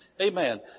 Amen